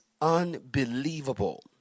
unbelievable